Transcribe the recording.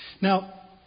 Now